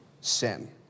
sin